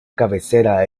cabecera